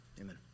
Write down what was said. Amen